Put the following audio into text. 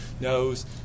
knows